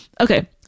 Okay